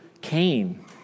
Cain